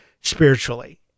spiritually